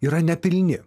yra nepilni